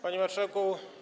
Panie Marszałku!